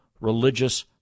religious